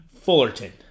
Fullerton